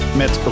met